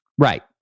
Right